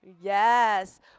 Yes